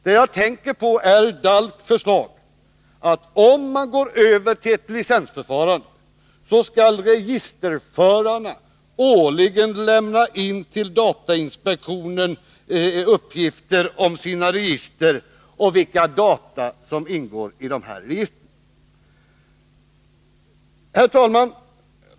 Det jag tänker på är DALK:s förslag, att om man går över till ett licensförfarande, skall registerförarna årligen till datainspektionen lämna in uppgifter om sina register och vilka data som ingår i dessa. Herr talman!